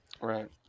Right